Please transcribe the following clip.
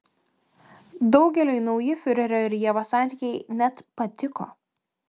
daugeliui nauji fiurerio ir ievos santykiai net patiko